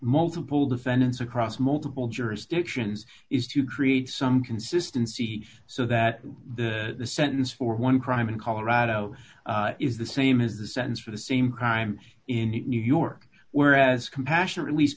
multiple defendants across multiple jurisdictions is to create some consistency so that the sentence for one crime in colorado is the same as the sentence for the same crime in new york whereas compassion at least